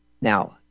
Now